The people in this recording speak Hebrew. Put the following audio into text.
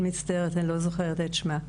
מצטערת, אני לא זוכרת את שמה.